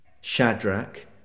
Shadrach